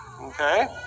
Okay